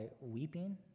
weeping